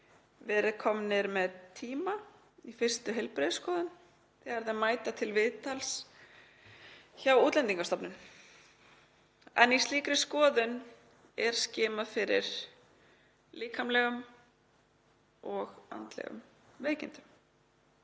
verið komnir með tíma í fyrstu heilbrigðisskoðun þegar þeir mæta til viðtals hjá Útlendingastofnun en í slíkri skoðun er skimað fyrir líkamlegum og andlegum veikindum.